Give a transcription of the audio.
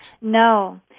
No